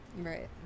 Right